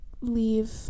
leave